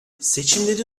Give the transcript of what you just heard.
seçimleri